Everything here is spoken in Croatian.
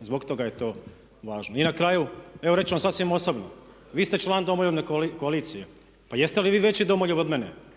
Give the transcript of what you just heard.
Zbog toga je to važno. I na kraju evo reći ću vam sasvim osobno. Vi ste član Domoljubne koalicije. Pa jeste li vi veći domoljub od mene,